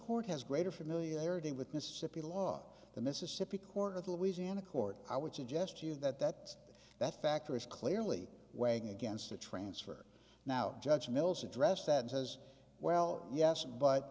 court has greater familiarity with mississippi law the mississippi court of louisiana court i would suggest to you that that that factor is clearly weighing against the transfer now judge mills addressed that as well yes but